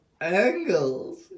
angles